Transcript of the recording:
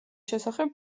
შესახებ